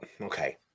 okay